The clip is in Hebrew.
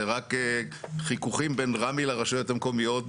זה רק חיכוכים בין רמ"י לרשויות המקומיות,